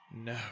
No